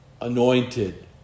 anointed